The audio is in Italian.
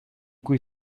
cui